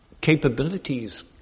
capabilities